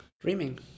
Dreaming